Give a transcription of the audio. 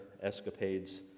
escapades